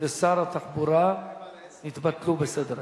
לשר התחבורה ירדו מסדר-היום.